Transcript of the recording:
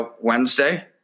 Wednesday